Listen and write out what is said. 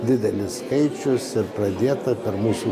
didelis skaičius ir pradėta per mūsų